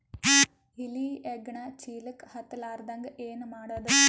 ಇಲಿ ಹೆಗ್ಗಣ ಚೀಲಕ್ಕ ಹತ್ತ ಲಾರದಂಗ ಏನ ಮಾಡದ?